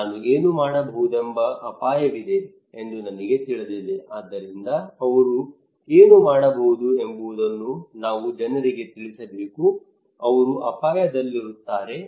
ನಾನು ಏನು ಮಾಡಬಹುದೆಂಬ ಅಪಾಯವಿದೆ ಎಂದು ನನಗೆ ತಿಳಿದಿದೆ ಆದ್ದರಿಂದ ಅವರು ಏನು ಮಾಡಬಹುದು ಎಂಬುದನ್ನು ನಾವು ಜನರಿಗೆ ತಿಳಿಸಬೇಕು ಅವರು ಅಪಾಯದಲ್ಲಿರುತ್ತಾರೆ